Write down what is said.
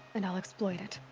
and i'll exploit it.